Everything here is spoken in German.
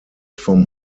vom